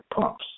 pumps